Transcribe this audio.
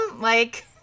Like-